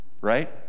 right